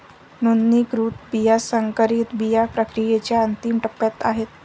नोंदणीकृत बिया संकरित बिया प्रक्रियेच्या अंतिम टप्प्यात आहेत